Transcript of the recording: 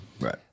Right